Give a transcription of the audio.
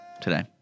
today